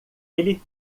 ele